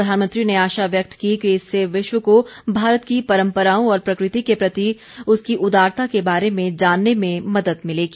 प्रधानमंत्री ने आशा व्यक्त की कि इससे विश्व को भारत की परंपराओं और प्रकृति के प्रति उसकी उदारता के बारे में जानने में मदद मिलेगी